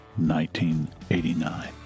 1989